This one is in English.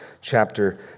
chapter